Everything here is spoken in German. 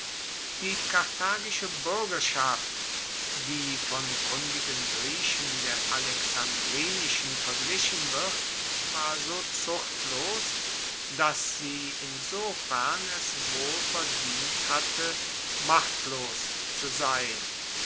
die karthagische buergerschaft die von kundigen griechen der alexandrinischen verglichen wird war so zuchtlos dass sie insofern es wohl verdient hatte machtlos zu sein